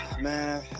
man